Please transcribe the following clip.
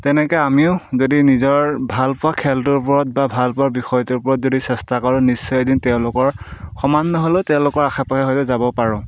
তেনেকৈ যদি আমিও নিজৰ ভাল পোৱা খেলটোৰ ওপৰত বা ভাল পোৱা বিষয়টোৰ ওপৰত যদি চেষ্টা কৰোঁ নিশ্চয় এদিন তেওঁলোকৰ সমান নহ'লেও তেওঁলোকৰ আশে পাশে হ'লেও যাব পাৰোঁ